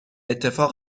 اتفاق